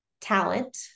talent